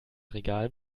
regal